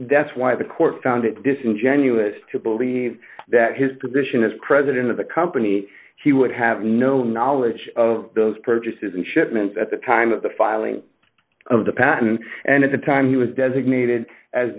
that's why the court found it disingenuous to believe that his position as president of the company he would have no knowledge of those purchases and shipments at the time of the filing of the patent and at the time he was designated as